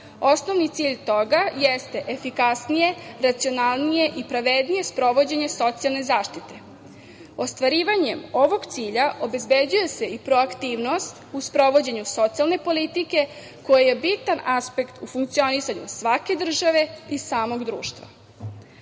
Osnovni cilj toga jeste efikasnije, racionalnije i pravednije sprovođenje socijalne zaštite. Ostvarivanjem ovog cilja obezbeđuje se i proaktivnost u sprovođenju socijalne politike koja je bitan aspekt u funkcinisanju svake države i samog društva. Ono